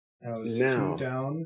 Now